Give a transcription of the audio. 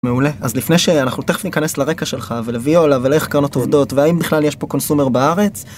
מעולה אז לפני שאנחנו תכף ניכנס לרקע שלך ול Viola ולאיך קרנות עובדות והאם בכלל יש פה קונסומר בארץ.